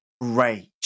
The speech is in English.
rage